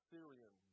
Syrian